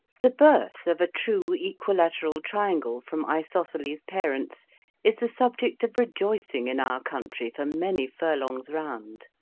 the birth of a true equilateral triangle from isosceles parents is the subject of rejoicing in our country for many furlongs round.